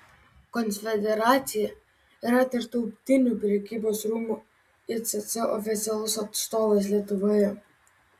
konfederacija yra tarptautinių prekybos rūmų icc oficialus atstovas lietuvoje